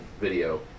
Video